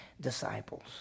disciples